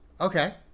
Okay